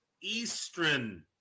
Eastern